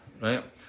right